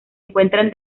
encuentran